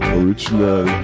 original